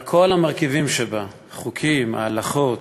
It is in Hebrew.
על כל המרכיבים שבה: חוקים, הלכות,